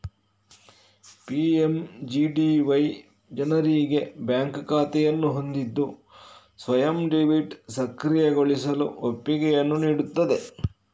PMGDY ಜನರಿಗೆ bank ಖಾತೆಯನ್ನು ಹೊಂದಿದ್ದು ಸ್ವಯಂ ಡೆಬಿಟ್ ಸಕ್ರಿಯಗೊಳಿಸಲು ಒಪ್ಪಿಗೆಯನ್ನು ನೀಡುತ್ತದೆ